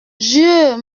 dieu